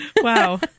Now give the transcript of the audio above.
Wow